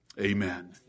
Amen